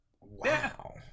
Wow